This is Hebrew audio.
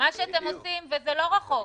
מה שאתם עושים, וזה לא רחוק.